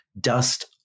dust